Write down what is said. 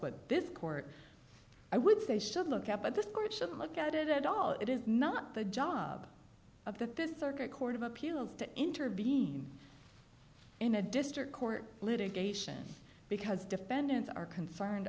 what this court i would say should look at but this court shouldn't look at it at all it is not the job of that this circuit court of appeals to intervene in a district court litigation because defendants are concerned